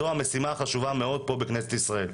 זו משימה חשובה מאוד פה בכנסת ישראל.